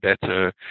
better